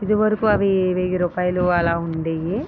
ఇది వరకు అవి వెయ్యి రూపాయలు అలా ఉండేవి